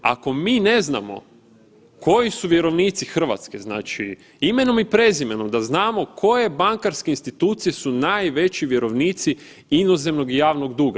Ako mi ne znamo koji su vjerovnici Hrvatske znači imenom i prezimenom da znamo koje bankarske institucije su najveći vjerovnici inozemnog javnog duga.